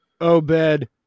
Obed